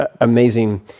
amazing